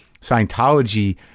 Scientology